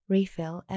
Refill